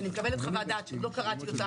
אני מקבלת חוות דעת שעוד לא קראתי אותה.